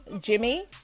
Jimmy